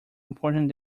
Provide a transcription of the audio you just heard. important